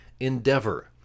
endeavor